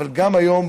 אבל גם היום,